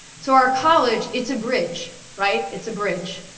so our college, it's a bridge, right? it's a bridge,